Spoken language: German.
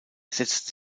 setzte